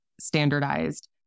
standardized